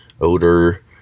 odor